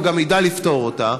הוא גם ידע לפתור אותה.